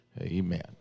Amen